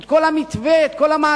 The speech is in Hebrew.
את כל המתווה, את כל המעטפת,